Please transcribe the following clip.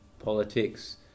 Politics